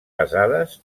basades